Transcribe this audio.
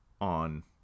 on